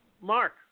Mark